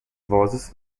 vozes